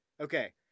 Okay